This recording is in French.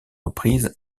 reprises